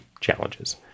challenges